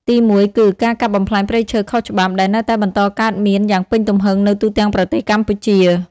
ទីមួយគឺ ការកាប់បំផ្លាញព្រៃឈើខុសច្បាប់ ដែលនៅតែបន្តកើតមានយ៉ាងពេញទំហឹងនៅទូទាំងប្រទេសកម្ពុជា។